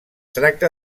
tracta